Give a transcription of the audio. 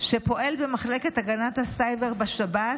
שפועל במחלקת הגנת הסייבר בשב"ס,